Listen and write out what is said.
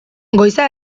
goiza